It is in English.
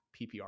ppr